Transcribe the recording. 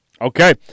Okay